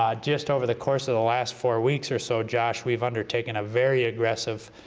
um just over the course of the last four weeks or so, josh, we've undertaken a very aggressive,